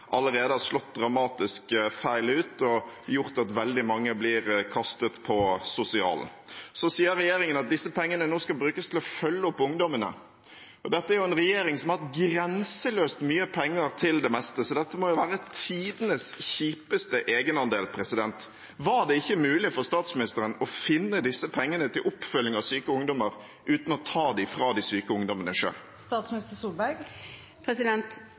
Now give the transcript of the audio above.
allerede har slått dramatisk feil ut og gjort at veldig mange blir kastet på sosialen. Så sier regjeringen at disse pengene nå skal brukes til å følge opp ungdommene. Dette er jo en regjering som har hatt grenseløst mye penger til det meste, så dette må være tidenes kjipeste egenandel. Var det ikke mulig for statsministeren å finne disse pengene til oppfølging av syke ungdommer uten å ta dem fra de syke ungdommene?